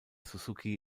suzuki